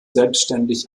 selbständig